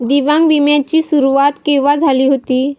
दिव्यांग विम्या ची सुरुवात केव्हा झाली होती?